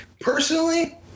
personally